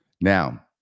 Now